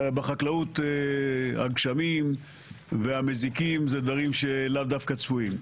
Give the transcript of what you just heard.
בחקלאות הגשמים והמזיקים זה דברים שהם לאו דווקא צפויים.